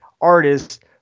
artist